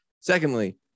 Secondly